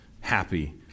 happy